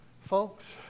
Folks